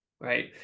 right